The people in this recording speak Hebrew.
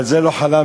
על זה לא חלמתי.